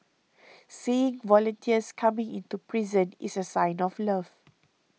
seeing volunteers coming into prison is a sign of love